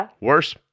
worse